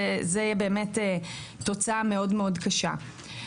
זה באמת תוצאה מאוד מאוד קשה.